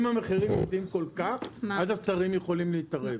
אם המחירים יורדים כל כך אז השרים יכולי להתערב.